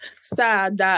sad